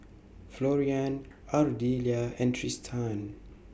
Florian Ardelia and Trystan